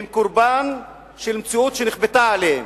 שהם קורבן של מציאות שנכפתה עליהם.